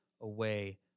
away